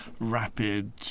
rapid